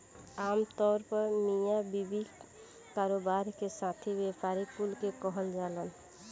आमतौर पर मिया बीवी, कारोबार के साथी, व्यापारी कुल के कहल जालन